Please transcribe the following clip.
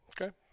Okay